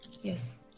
Yes